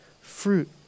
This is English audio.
fruit